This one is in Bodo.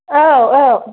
औ औ